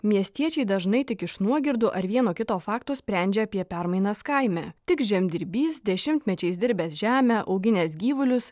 miestiečiai dažnai tik iš nuogirdų ar vieno kito fakto sprendžia apie permainas kaime tik žemdirbys dešimtmečiais dirbęs žemę auginęs gyvulius